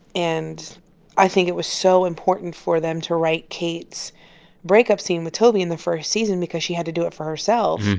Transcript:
and i think it was so important for them to write kate's breakup scene with toby in the first season because she had to do it for herself,